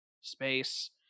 space